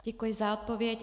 Děkuji za odpověď.